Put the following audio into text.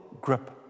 grip